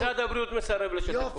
משרד הבריאות מסרב לשתף פעולה.